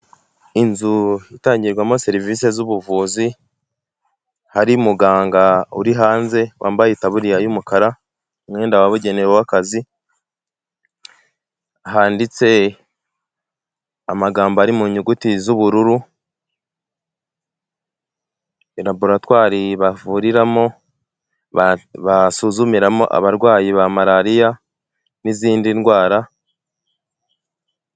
Inzu itangirwamo serivisi z'ubuvuzi hari muganga uri hanze wambaye itaburiya y'umukara umwenda wabugenewe w'akazi handitse amagambo ari m'inyuguti z'ubururu raboratwari bavuriramo basuzumiramo abarwayi ba marariya n'izindi ndwara.